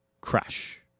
Crash